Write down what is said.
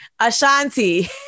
Ashanti